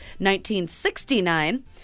1969